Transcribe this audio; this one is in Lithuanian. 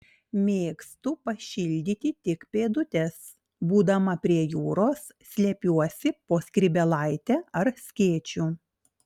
mėgstu pašildyti tik pėdutes būdama prie jūros slepiuosi po skrybėlaite ar skėčiu